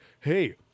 hey